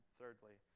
thirdly